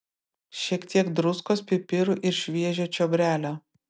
šiek tiek druskos pipirų ir šviežio čiobrelio